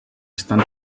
estan